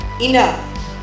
Enough